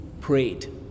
prayed